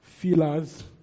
feelers